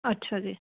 ਅੱਛਾ ਜੀ